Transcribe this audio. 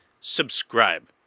Subscribe